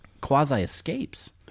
quasi-escapes